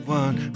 one